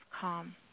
calm